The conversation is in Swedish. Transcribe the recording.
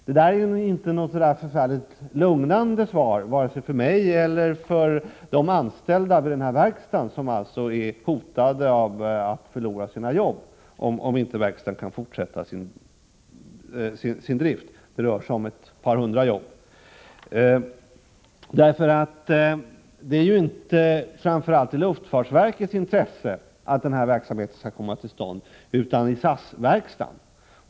Detta är inte ett särskilt lugnande svar, varken för mig eller för de anställda vid verkstaden, vilka alltså riskerar att förlora sina arbeten om inte verkstaden kan fortsätta sin drift. Det rör sig om ett par hundra arbetstillfällen. Det är inte framför allt i luftfartsverkets intresse som den här verksamheten skall komma till stånd, utan i SAS-verkstadens.